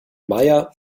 meier